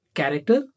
character